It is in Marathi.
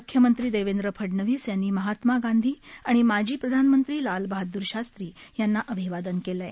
मुख्यमंत्री देवेंद्र फडणवीस यांनी महात्मा गांधी आणि माजी प्रधानमंत्री लालबहादूर शास्त्री यांना अभिवादन केलं आहे